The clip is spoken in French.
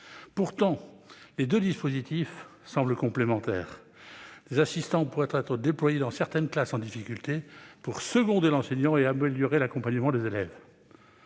Pourtant, les deux dispositifs semblent complémentaires. Des assistants pourraient être déployés dans certaines classes en difficulté pour seconder l'enseignant et améliorer l'accompagnement des élèves.